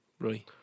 Right